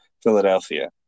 Philadelphia